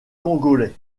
congolais